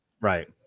Right